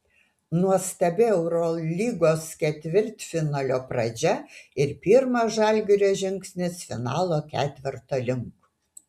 nuostabi eurolygos ketvirtfinalio pradžia ir pirmas žalgirio žingsnis finalo ketverto link